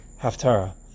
haftarah